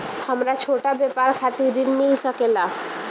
हमरा छोटा व्यापार खातिर ऋण मिल सके ला?